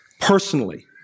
personally